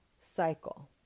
cycle